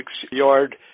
six-yard